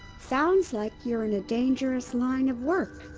sounds like you're in a dangerous line of work!